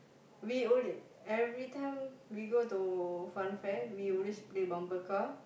we owe him every time we go to fun fair we always play bumper car